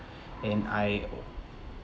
and I